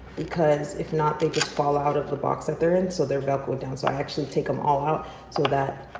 because if not, they just fall out of the box that they're in. so they're velcroed down. so i actually take them all out so that